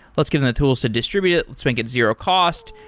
let's give the tools to distribute it. let's make it zero cost,